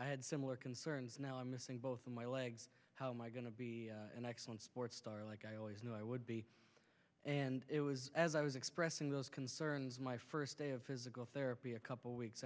i had similar concerns now i'm missing both of my legs how am i going to be an excellent sports star like i always knew i would be and it was as i was expressing those concerns my first day of physical therapy a couple weeks